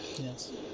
Yes